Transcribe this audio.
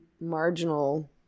marginal